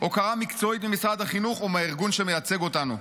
הוקרה מקצועית ממשרד החינוך או מהארגון שמייצג אותנו.